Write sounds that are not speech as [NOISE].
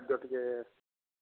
[UNINTELLIGIBLE] ଟିକେ